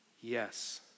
yes